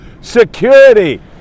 Security